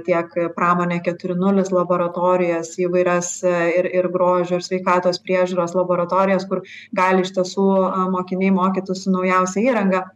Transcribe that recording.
tiek pramonė keturi nulis laboratorijas įvairias ir ir grožio ir sveikatos priežiūros laboratorijas kur gali iš tiesų mokiniai mokytis su naujausia įranga